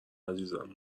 عزیزم